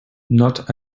not